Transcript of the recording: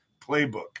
playbook